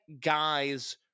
guys